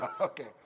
Okay